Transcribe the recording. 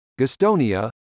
Gastonia